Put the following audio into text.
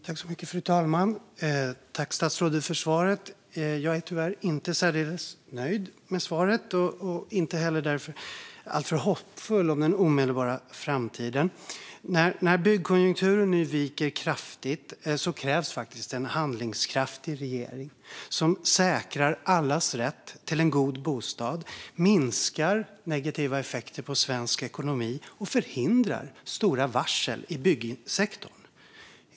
Fru talman! Jag tackar statsrådet för svaret. Jag är tyvärr inte så nöjd med svaret och därför inte heller alltför hoppfull om den omedelbara framtiden. När byggkonjunkturen nu viker kraftigt krävs det faktiskt en handlingskraftig regering som säkrar allas rätt till en god bostad, minskar negativa effekter på svensk ekonomi och förhindrar stora varsel i byggsektorn.